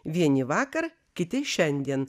vieni vakar kiti šiandien